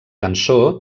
cançó